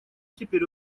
теперь